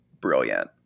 brilliant